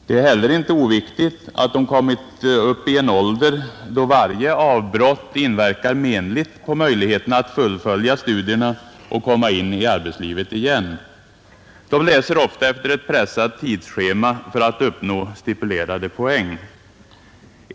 Det är inte heller oviktigt att de kommit upp i en ålder då varje avbrott inverkar menligt på möjligheten att fullfölja studierna och komma in i arbetslivet igen. De vuxenstuderande läser ofta efter ett pressat tidsschema för att uppnå stipulerade poäng.